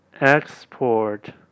export